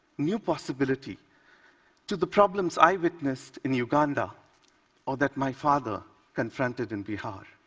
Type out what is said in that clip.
new possibility to the problems i witnessed in uganda or that my father confronted in bihar.